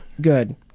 Good